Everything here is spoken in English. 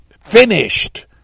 finished